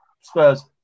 Spurs